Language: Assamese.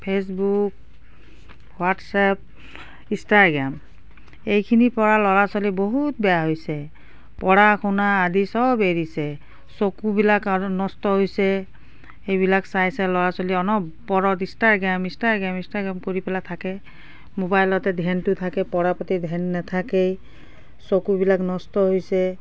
ফেচবুক হোৱাটছএপ ইষ্টাগ্ৰাম এইখিনিৰপৰা ল'ৰা ছোৱালী বহুত বেয়া হৈছে পঢ়া শুনা আদি চব এৰিছে চকুবিলাক আৰু নষ্ট হৈছে এইবিলাক চাই চাই ল'ৰা ছোৱালী অনবৰত ইষ্টাগ্ৰাম ইষ্টাগ্ৰাম ইষ্টাগ্ৰাম কৰি পেলাই থাকে মোবাইলতে ধ্যানটো থাকে পঢ়া পতি ধ্যান নাথাকেই চকুবিলাক নষ্ট হৈছে